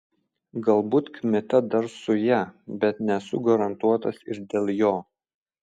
galbūt kmita dar su ja bet nesu garantuotas ir dėl jo